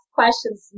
questions